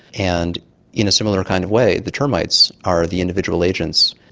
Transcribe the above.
and in a similar kind of way the termites are the individual agents,